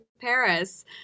Paris